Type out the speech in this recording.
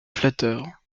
flatteur